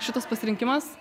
šitas pasirinkimas